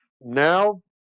Now